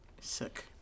sick